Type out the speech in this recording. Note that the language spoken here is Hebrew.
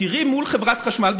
תראי מול חברת חשמל,